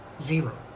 Zero